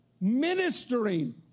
ministering